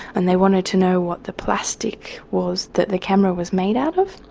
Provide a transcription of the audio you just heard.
and they wanted to know what the plastic was that the camera was made out of.